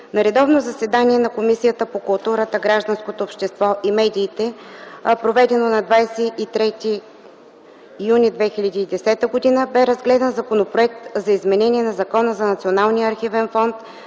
На редовно заседание на Комисията по културата, гражданското общество и медиите, проведено на 23 юни 2010 г., бе разгледан Законопроект за изменение на Закона за Националния архивен фонд,